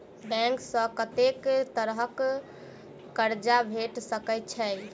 Bank सऽ कत्तेक तरह कऽ कर्जा भेट सकय छई?